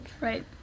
Right